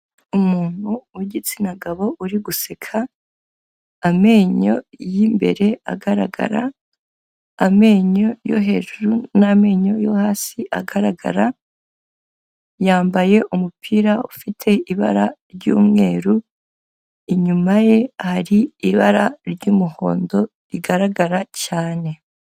Umuntu wigitsina gabo uri guseka, amenyo y'imbere agaragara, amenyo yo hejuru n'amenyo yo hasi agaragara, yambaye umupira ufite ibara ry'umweru, inyuma ye hari ibara ry'umuhondo rigaragara cyane.